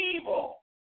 evil